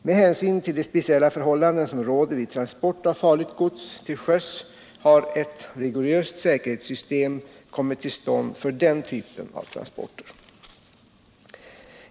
Med hänsyn till de speciella förhållanden som råder vid transport av farligt gods till sjöss har ett rigoröst säkerhetssystem kommit till stånd för den typen av transporter.